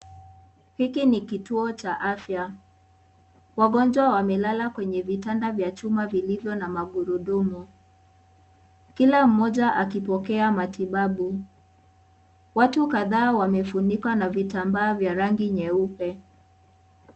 Hiki ni kituo cha afya. Wagonjwa wamelala kwenye vitanda vya chuma vilivyo na magurudumu, kila mmoja akipokea matibabu. Watu kadhaa wamefunikwa na vitambaa vya rangi nyeupe.